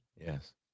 Yes